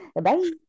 Bye